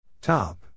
Top